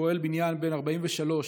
פועל בניין בן 43,